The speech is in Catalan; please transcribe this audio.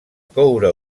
coure